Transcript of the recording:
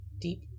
Deep